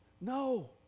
No